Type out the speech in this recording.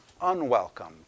unwelcomed